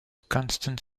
constant